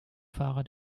fahrer